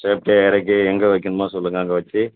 சேஃப்டியாக இறக்கி எங்கே வைக்கணுமோ சொல்லுங்கள் அங்கே வச்சி